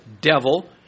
devil